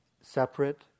separate